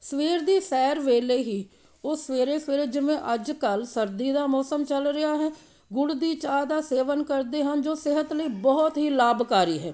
ਸਵੇਰ ਦੀ ਸੈਰ ਵੇਲੇ ਹੀ ਉਹ ਸਵੇਰੇ ਸਵੇਰੇ ਜਿਵੇਂ ਅੱਜ ਕੱਲ੍ਹ ਸਰਦੀ ਦਾ ਮੌਸਮ ਚੱਲ ਰਿਹਾ ਹੈ ਗੁੜ ਦੀ ਚਾਹ ਦਾ ਸੇਵਨ ਕਰਦੇ ਹਨ ਜੋ ਸਿਹਤ ਲਈ ਬਹੁਤ ਹੀ ਲਾਭਕਾਰੀ ਹੈ